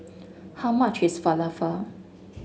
how much is Falafel